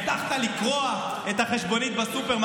הבטחת לקרוע את החשבונית בסופר,